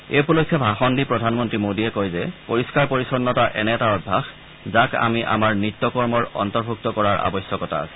এই উপলক্ষে ভাষণ দি প্ৰধানমন্ত্ৰী মোডীয়ে কয় যে পৰিষ্ণাৰ পৰিচ্ছন্নতা এনে এটা অভ্যাস যাক আমি আমাৰ নিত্য কৰ্মৰ অন্তৰ্ভূক্ত কৰাৰ আৱশ্যকতা আছে